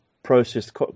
Processed